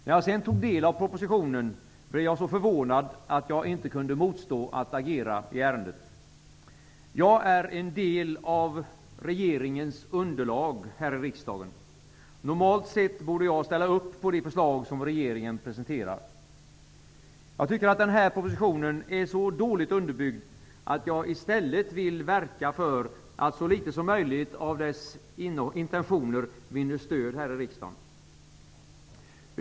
När jag sedan tog del av propositionen blev jag så förvånad att jag inte kunde motstå att agera i ärendet. Jag är en del av regeringens underlag här i riksdagen. Normalt sett borde jag ställa upp på de förslag som regeringen presenterar. Jag tycker att den här propositionen är så dåligt underbyggd att jag i stället vill verka för att så litet som möjligt av dess intentioner vinner stöd här i riksdagen.